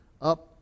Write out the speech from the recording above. up